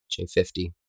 J50